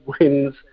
wins